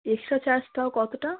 extra charge তাও কতটা